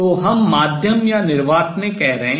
तो हम माध्यम या निर्वात में कह रहे हैं